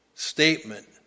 statement